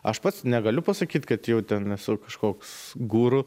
aš pats negaliu pasakyt kad jau ten esu kažkoks guru